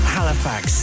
Halifax